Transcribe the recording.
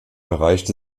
erreichte